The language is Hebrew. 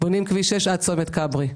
בונים כביש 6 עד צומת כברי.